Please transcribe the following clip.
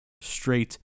straight